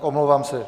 Omlouvám se.